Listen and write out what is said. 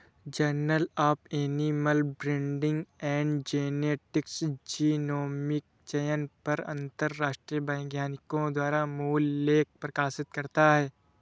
journal of animal breeding and genetics genomic चयन पर अंतरराष्ट्रीय वैज्ञानिकों द्वारा मूल लेख प्रकाशित करता है